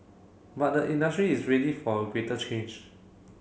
but the industry is ready for greater change